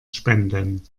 spenden